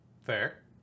Fair